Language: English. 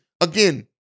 Again